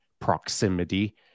proximity